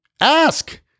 ask